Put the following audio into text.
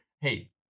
hey